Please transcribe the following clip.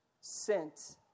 sent